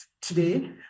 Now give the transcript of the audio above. today